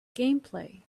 gameplay